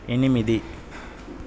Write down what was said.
ఎనిమిది